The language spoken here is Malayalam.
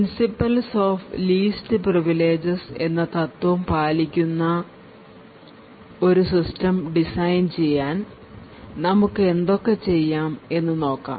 പ്രിൻസിപ്പൽസ് ഓഫ് ലീസ്റ്റ് പ്രിവിലേജസ് എന്ന തത്വം പാലിക്കുന്ന എന്ന ഒരു സിസ്റ്റം ഡിസൈൻ ചെയ്യാൻ നമുക്ക് എന്തൊക്കെ ചെയ്യാം എന്ന് നോക്കാം